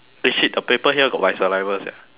eh shit the paper here got my saliva sia